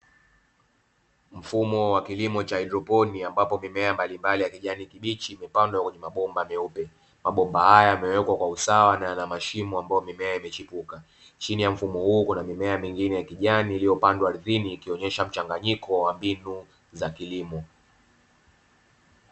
Mfumo wa kilimo cha Haidroponi ambapo mimea mbalimbali ya kijani kibichi imepandwa kwenye mabomba meupe. Mabomba haya yamewekwa kwa usawa na yana mashimo ambayo mimea imechipuka, chini ya mfumo huu kuna mimea mingine ya kijani iliyopandwa ardhini ikionyesha mchanganyiko wa mbinu za kilimo.